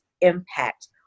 impact